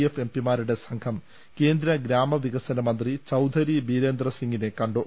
F എംപിമാരുടെ സംഘം കേന്ദ്രഗ്രാമവികസന മന്ത്രി ചൌധരി ബീരേ ന്ദർസിംഗിനെ കണ്ടു